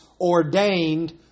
ordained